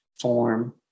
form